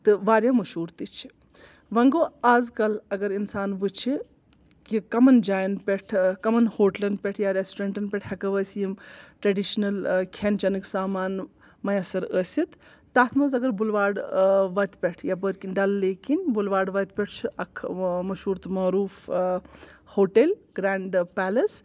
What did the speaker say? تہٕ واریاہ مشہوٗر تہِ چھِ وۄنۍ گوٚو اَز کَل اگر اِنسان وُچھِ کہِ کمَن جایَن پٮ۪ٹھ کمَن ہوٹلَن پٮ۪ٹھ یا ریسٹورنٛٹَن پٮ۪ٹھ ہٮ۪کو أسۍ یِم ٹریٚڈِشنَل کھٮ۪ن چٮ۪نٕکۍ سامان میسر ٲسِتھ تَتھ منٛز اگر بُلواڑ وَتہِ پٮ۪ٹھ یَپٲرۍ کِنۍ ڈَل لیک کِنۍ بُلواڑ وَتہِ پٮ۪ٹھ چھِ اَکھ مشہوٗر تہٕ معروٗف ہوٹل گرینٛڈ پیلس